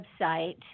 website